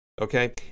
okay